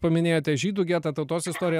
paminėjote žydų getą tautos istoriją